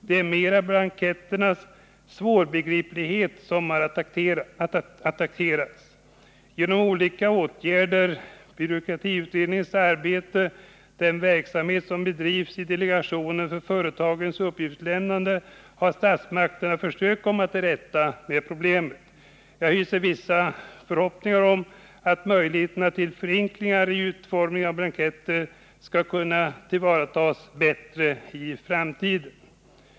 Det är mera blanketternas svårbegriplighet som har attackerats. Genom olika åtgärder — byråkratiutredningens arbete, den verksamhet som bedrivs av delegationen för företagens uppgiftslämnande, har statsmakterna nu försökt komma till rätta med problemet. Jag hyser vissa förhoppningar om att möjligheterna till förenklingar i utformningen av blanketter skall tillvaratas bättre i framtiden.